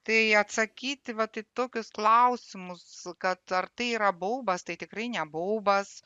tai atsakyti vat į tokius klausimus kad ar tai yra baubas tai tikrai ne baubas